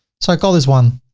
so, i call this one,